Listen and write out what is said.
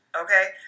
okay